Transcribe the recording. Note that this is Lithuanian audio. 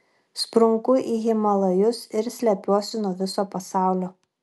sprunku į himalajus ir slepiuosi nuo viso pasaulio